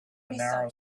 narrow